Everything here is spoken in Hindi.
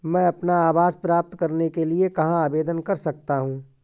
मैं अपना आवास प्राप्त करने के लिए कहाँ आवेदन कर सकता हूँ?